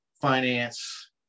finance